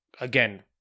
Again